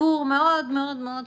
סיפור מאוד מאוד מאוד חשוב.